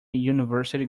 university